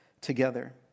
together